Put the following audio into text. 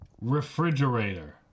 Refrigerator